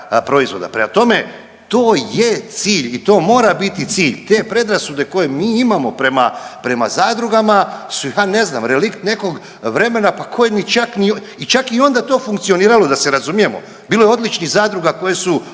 Prema tome, to je cilj i to mora biti cilj. Te predrasude koje mi imamo prema zadrugama su ja ne znam relikt nekog vremena pa koje čak i onda to funkcioniralo da se razumijemo. Bilo je odličnih zadruga koje su